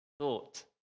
Thought